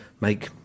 make